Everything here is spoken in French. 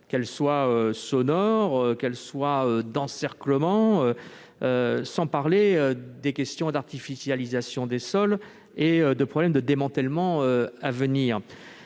qu'elles soient sonores ou d'encerclement, sans parler de la question de l'artificialisation des sols et des problèmes de démantèlement à venir.